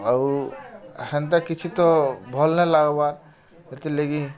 ଆଉ ହେନ୍ତା କିଛି ତ ଭଲ୍ ନାଇଁ ଲାଗ୍ବାର୍ ହେଥିର୍ଲାଗି